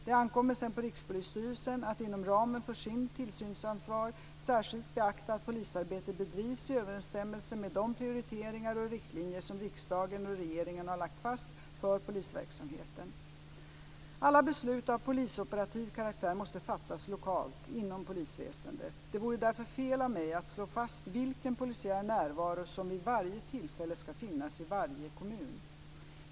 Det ankommer sedan på Rikspolisstyrelsen att inom ramen för sitt tillsynsansvar särskilt beakta att polisarbetet bedrivs i överensstämmelse med de prioriteringar och riktlinjer som riksdagen och regeringen har lagt fast för polisverksamheten. Alla beslut av polisoperativ karaktär måste fattas lokalt inom polisväsendet. Det vore därför fel av mig att slå fast vilken polisiär närvaro som vid varje tillfälle ska finnas i varje kommun.